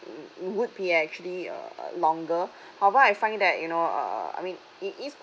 would be actually uh uh longer however I find that you know uh uh I mean it is